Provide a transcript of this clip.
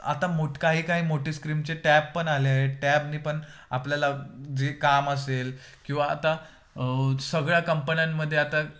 आता मोठ काही काही मोठी स्क्रीमचे टॅप पण आले टॅबनी पण आपल्याला जे काम असेल किंवा आता सगळ्या कंपन्यांमध्ये आता